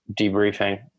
debriefing